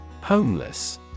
Homeless